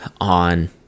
on